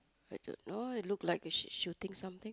I don't know it look like a shit shooting something